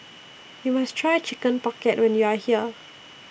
YOU must Try Chicken Pocket when YOU Are here